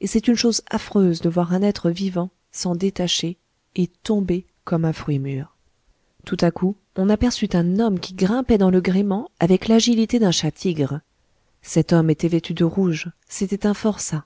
et c'est une chose affreuse de voir un être vivant s'en détacher et tomber comme un fruit mûr tout à coup on aperçut un homme qui grimpait dans le gréement avec l'agilité d'un chat-tigre cet homme était vêtu de rouge c'était un forçat